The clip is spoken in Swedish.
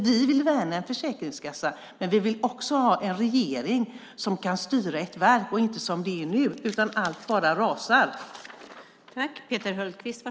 Vi vill värna en försäkringskassa, men vi vill också ha en regering som kan styra ett verk och inte som det är nu när allt bara rasar.